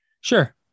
Sure